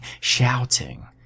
shouting